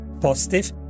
positive